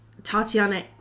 tatiana